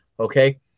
Okay